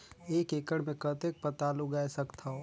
एक एकड़ मे कतेक पताल उगाय सकथव?